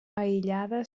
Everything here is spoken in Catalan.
aïllada